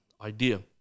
idea